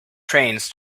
trains